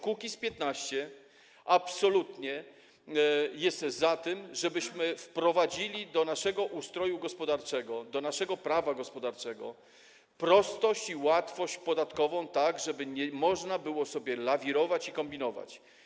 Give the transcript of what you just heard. Kukiz’15 absolutnie jest za tym, żebyśmy wprowadzili do naszego ustroju gospodarczego, do naszego prawa gospodarczego prostotę i łatwość podatkową, tak żeby nie można było sobie lawirować i kombinować.